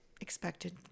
expected